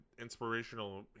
inspirational